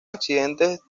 accidentes